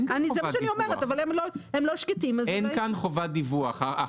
שאני לא נותנת כאן חובת דיווח נוספת.